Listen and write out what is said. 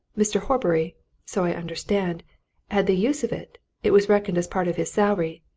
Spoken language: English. mr. horbury so i understand had the use of it it was reckoned as part of his salary.